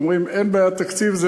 שאומרים אין בעיית תקציב?